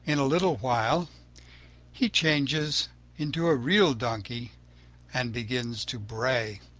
in a little while he changes into a real donkey and begins to bray.